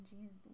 Jesus